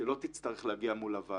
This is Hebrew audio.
שלא תצטרך להגיע מול הוועדה.